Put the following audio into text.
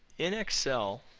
in excel,